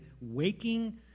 waking